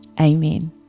amen